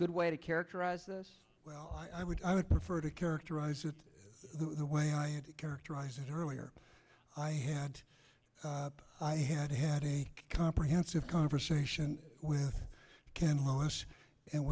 good way to characterize this well i would i would prefer to characterize it the way i had it characterized as earlier i had i had had a comprehensive conversation with ken lois and